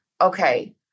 okay